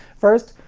first,